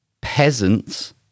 peasants